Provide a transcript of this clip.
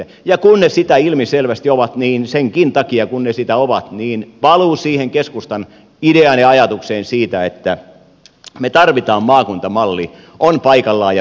kun ne sitä ilmiselvästi ovat niin senkin takia kun ne sitä ovat niin paluu siihen keskustan ideaan ja ajatukseen siitä että me tarvitsemme maakuntamallin on paikallaan ja perusteltu